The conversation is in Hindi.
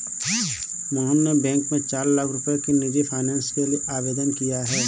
मोहन ने बैंक में चार लाख रुपए की निजी फ़ाइनेंस के लिए आवेदन किया है